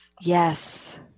yes